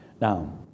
Now